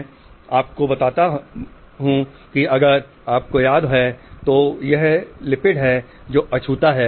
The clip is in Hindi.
मैंने आपको बताया कि अगर आपको याद है तो यह लिपिड है जो अछूता है